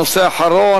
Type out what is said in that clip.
הנושא האחרון,